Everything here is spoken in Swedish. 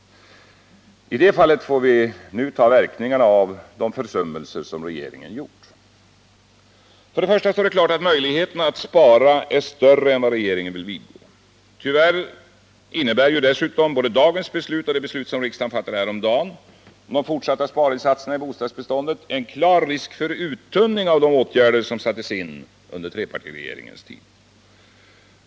I det fallet får vi nu ta verkningarna av de försummelser som regeringen gjort. För det första står det klart att möjligheterna att spara är större än vad regeringen vill vidgå. Tyvärr innebär ju dessutom både dagens beslut och det beslut som riksdagen fattade häromdagen om de fortsatta sparinsatserna i bostadsbeståndet en klar risk för uttunning av de åtgärder som sattes in under trepartiregeringens tid.